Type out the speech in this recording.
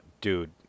dude